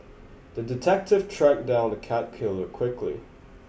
the detective tracked down the cat killer quickly